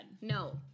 no